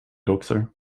dokter